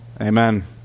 amen